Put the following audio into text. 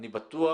אני בטוח